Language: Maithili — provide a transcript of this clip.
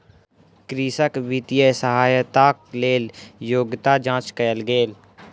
कृषक वित्तीय सहायताक लेल योग्यता जांच कयल गेल